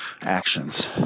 actions